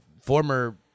former